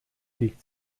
liegt